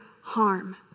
harm